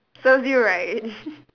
serves you right